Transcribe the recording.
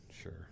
Sure